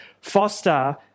Foster